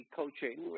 coaching